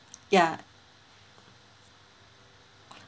ya